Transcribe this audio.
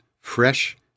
fresh